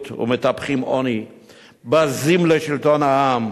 ומטפחים עוני, בזים לשלטון העם,